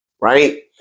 right